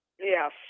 Yes